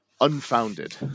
unfounded